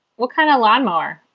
what kind of lawn ma.